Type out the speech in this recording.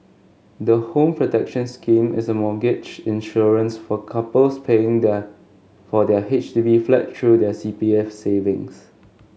the Home Protection Scheme is a mortgage insurance for couples paying their for their H D B flat through their C P F savings